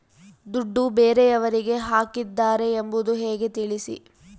ದುಡ್ಡು ಬೇರೆಯವರಿಗೆ ಹಾಕಿದ್ದಾರೆ ಎಂಬುದು ಹೇಗೆ ತಿಳಿಸಿ?